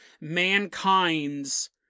mankind's